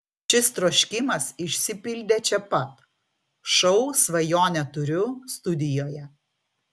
šis troškimas išsipildė čia pat šou svajonę turiu studijoje